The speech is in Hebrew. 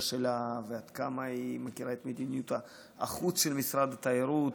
שלה ועד כמה היא מכירה את מדיניות החוץ של משרד התיירות,